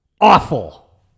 Awful